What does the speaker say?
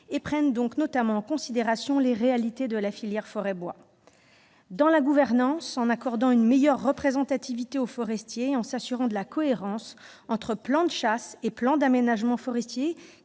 et prenne en considération, à trois échelons, les réalités de la filière forêt et bois : dans la gouvernance- en accordant une meilleure représentativité aux forestiers et en assurant la cohérence entre plan de chasse et plan d'aménagement forestier,